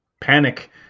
panic